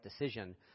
decision